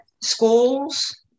schools